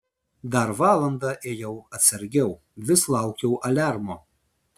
dar valandą ėjau atsargiau vis laukiau aliarmo